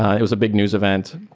it was a big news event.